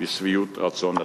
בשביעות רצון עצמית.